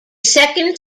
second